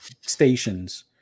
stations